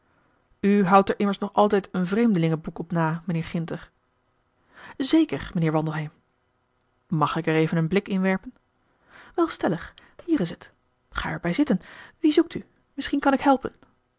houdt er immers nog altijd een vreemdelingen boek op na mijnheer ginter zeker mijnheer wandelheem mag ik er even een blik in werpen wel stellig hier is t ga er bij zitten wien zoekt u misschien kan ik helpen